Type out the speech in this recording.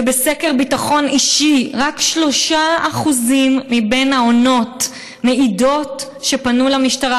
ובסקר ביטחון אישי רק 3% מבין העונות מעידות שפנו למשטרה,